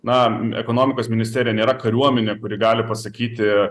na ekonomikos ministerija nėra kariuomenė kuri gali pasakyti